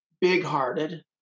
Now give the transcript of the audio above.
big-hearted